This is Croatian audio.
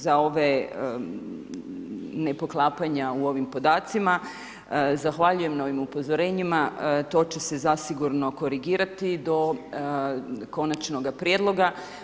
Za ove ne poklapanja u ovim podacima zahvaljujem na ovim upozorenjima, to će se zasigurno korigirati do konačnoga prijedloga.